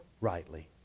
rightly